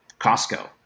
Costco